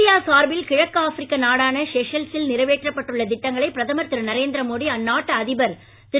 India சார்பில் கிழக்கு ஆப்ரிக்க நாடான செஷல்சில் நிறைவேற்றப்பட்டுள்ள திட்டங்களை பிரதமர் திரு நரேந்திர மோடி அந்நாட்டு அதிபர் திரு